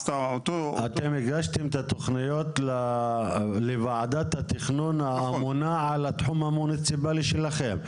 אתם הגשתם את התוכניות לוועדת התכנון האמונה על התחום המוניציפאלי שלכם.